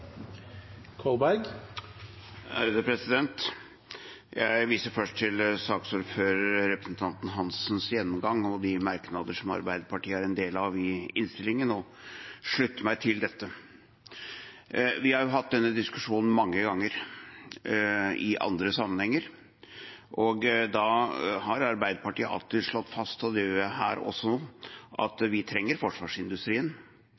Jeg viser først til saksordførerens, representanten Hansens, gjennomgang og til de merknader som Arbeiderpartiet er en del av i innstillingen, og slutter meg til dette. Vi har hatt denne diskusjonen mange ganger i andre sammenhenger. Da har Arbeiderpartiet alltid slått fast, og det gjør jeg her også,